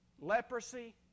Leprosy